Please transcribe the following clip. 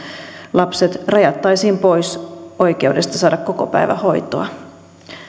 lapset rajattaisiin pois oikeudesta saada kokopäivähoitoa